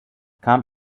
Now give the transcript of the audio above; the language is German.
kam